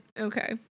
Okay